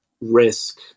risk